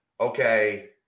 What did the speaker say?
okay